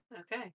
Okay